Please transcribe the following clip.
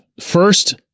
first